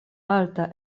alta